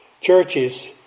churches